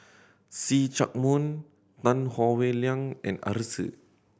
See Chak Mun Tan Howe Liang and Arasu